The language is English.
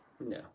No